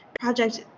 project